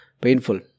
painful